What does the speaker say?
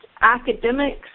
academics